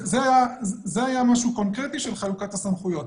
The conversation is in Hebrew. זה היה משהו קונקרטי של חלוקת הסמכויות.